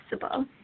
possible